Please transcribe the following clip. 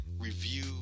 review